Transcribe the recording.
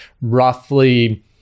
roughly